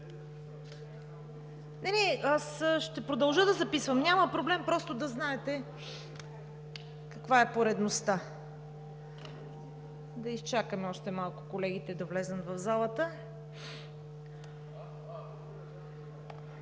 Янкова. Ще продължа да записвам. Само да знаете каква е поредността. Да изчакаме още малко колегите да влязат в залата.